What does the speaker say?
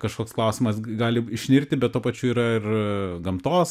kažkoks klausimas gali išnirti bet tuo pačiu yra ir gamtos